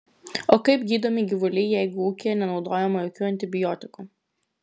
o kaip gydomi gyvuliai jeigu ūkyje nenaudojama jokių antibiotikų